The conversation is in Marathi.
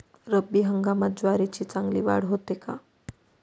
रब्बी हंगामात ज्वारीची चांगली वाढ होते का?